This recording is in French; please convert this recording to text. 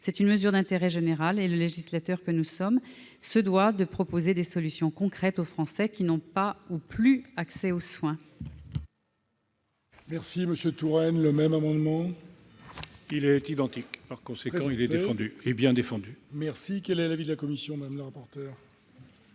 Cette mesure est d'intérêt général, et le législateur que nous sommes se doit de proposer des réponses concrètes aux Français qui n'ont pas, ou qui n'ont plus, accès aux soins.